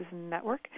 Network